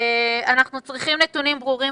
אנחנו צריכים נתונים ברורים